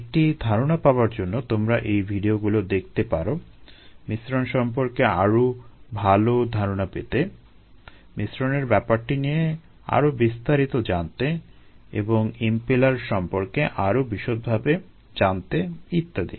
একটা ধারণা পাবার জন্য তোমরা এই ভিডিওগুলো দেখতে পারো মিশ্রণ সম্পর্কে আরো ভালো ধারণা পেতে মিশ্রণের ব্যাপারটি নিয়ে আরো বিস্তারিত জানতে এবং ইমপেলার সম্পর্কে আরো বিশদভাবে জানতে ইত্যাদি